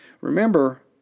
Remember